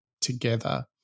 together